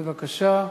בבקשה,